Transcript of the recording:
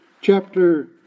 chapter